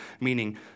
meaning